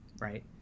right